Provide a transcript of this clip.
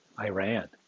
Iran